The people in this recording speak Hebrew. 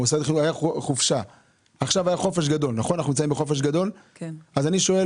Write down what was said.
אנחנו נמצאים עכשיו בחופש הגדול, והוא נשאר